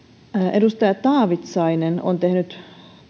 edustaja taavitsainen on tehnyt